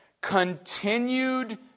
continued